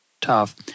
tough